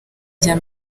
rya